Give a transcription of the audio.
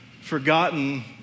forgotten